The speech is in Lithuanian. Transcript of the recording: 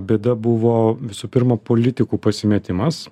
bėda buvo visų pirma politikų pasimetimas